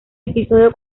episodio